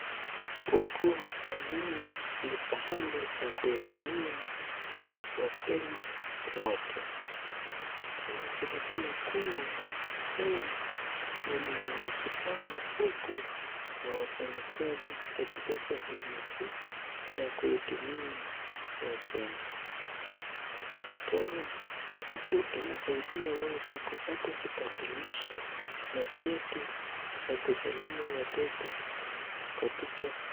Huku ni kule pahali pa kuhudumia wakenya wote. Inajulikana kuwa hawa wenye wamejipanga huku ni wafanyikazi katika sehemu hii ya kuhudumia wakenya. Tena huku inasaidia watu kupata kitambulisho na cheti cha kuzaliwa watoto.